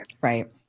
right